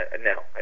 No